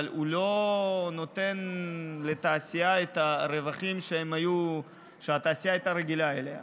אבל הוא לא נותן לתעשייה את הרווחים שהתעשייה הייתה רגילה אליהם.